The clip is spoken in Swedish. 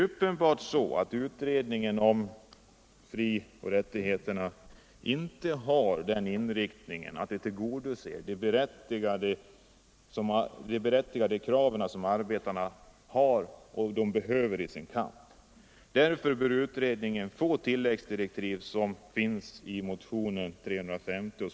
Uppenbart har utredningen om de medborgerliga frioch rättigheterna inte den inriktningen att den tillgodoser de berättigade krav som arbetarna ställer i sin kamp. Därför bör utredningen få sådant tilläggsdirektiv som förespråkas i motionen 350.